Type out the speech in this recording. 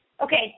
okay